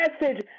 message